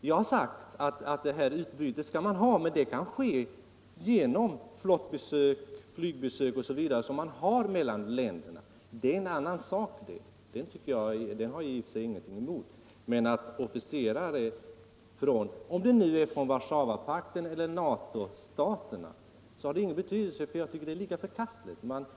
Jag har sagt att man skall ha utbyte, men det kan ske genom flottbesök, flygbesök osv. som man har mellan länderna. Det är en annan sak, och det har jag i och för sig ingenting emot. Det har ingen betydelse om dessa officerare är från Warszawapakten eller NATO; jag tycker att det är lika förkastligt.